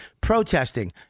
protesting